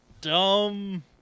dumb